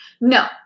No